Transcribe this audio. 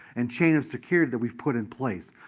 and chain of security, that we've put in place.